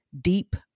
deep